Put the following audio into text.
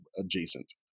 adjacent